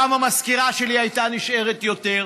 גם המזכירה שלי הייתה נשארת יותר,